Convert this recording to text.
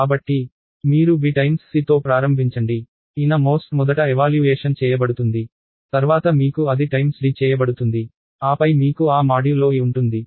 కాబట్టి మీరు bc తో ప్రారంభించండి అంతర్భాగం మొదట ఎవాల్యూయేషన్ చేయబడుతుంది తర్వాత మీకు అది d చేయబడుతుంది ఆపై మీకు ఆ మాడ్యులో e ఉంటుంది